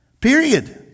period